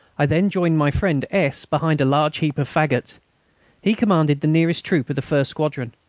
i then joined my friend s. behind a large heap of faggots he commanded the nearest troop of the first squadron,